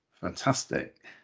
Fantastic